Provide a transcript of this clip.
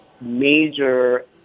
major